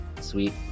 sweet